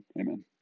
Amen